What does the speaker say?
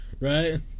Right